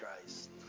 Christ